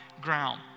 ground